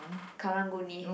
Karang-Guni